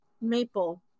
Maple